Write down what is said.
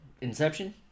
Inception